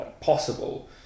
possible